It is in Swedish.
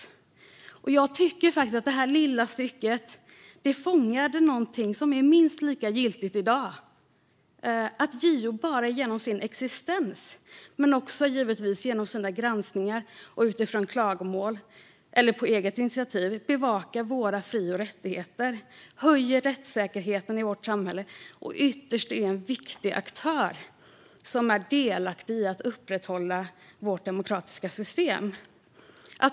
Jag tycker att detta lilla stycke fångar något som är minst lika giltigt i dag, nämligen att JO bara genom sin existens, men också givetvis genom sina granskningar, utifrån klagomål eller på eget initiativ, bevakar våra fri och rättigheter, höjer rättssäkerheten i vårt samhälle och ytterst är en viktig aktör som är delaktig i att upprätthålla vårt demokratiska system.